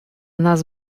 нас